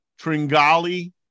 Tringali